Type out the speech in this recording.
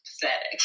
pathetic